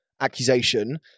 accusation